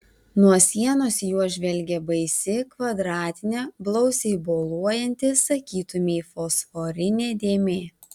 nuo sienos į juos žvelgė baisi kvadratinė blausiai boluojanti sakytumei fosforinė dėmė